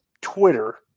Twitter